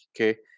okay